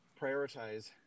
prioritize